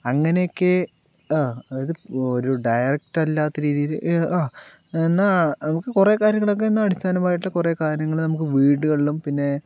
അങ്ങനെയൊക്കെ ആ അതായത് ഒരു ഡയറക്റ്റ് അല്ലാത്ത രീതിയിൽ ആ എന്നാൽ നമുക്ക് കുറെ കാര്യങ്ങളൊക്കെ ഒന്ന് അടിസ്ഥാനമായിട്ടുള്ള കുറെ കാര്യങ്ങൾ നമുക്കു വീടുകളിലും പിന്നെ